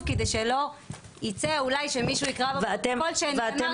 כדי שלא ייצא אולי שמישהו יקרא בפרוטוקול שאני אמרתי